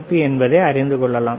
B என்பதை அறிந்து கொள்ளலாம்